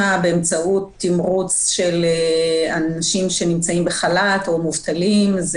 באמצעות תמרוץ של אנשים שנמצאים בחל"ת או מובטלים הוא